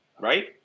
right